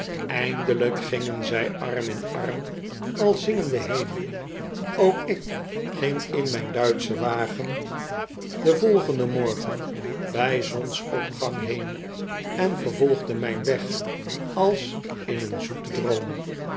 eindelijk gingen zij arm in arm al zingende heen ook ik ging in mijn duitschen wagen den volgenden morgen bij zonsopgang heen en vervolgde mijn weg als in een zoeten droom